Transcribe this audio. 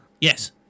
yes